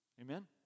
Amen